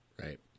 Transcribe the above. right